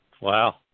Wow